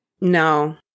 No